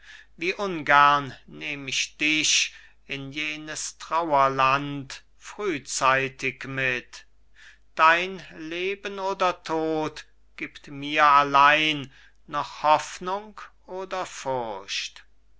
wie ungern nehm ich dich in jenes trauerland frühzeitig mit dein leben oder tod gibt mir allein noch hoffnung oder furcht